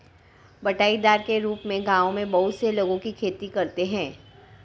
बँटाईदार के रूप में गाँवों में बहुत से लोगों की खेती करते हैं